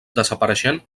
desapareixent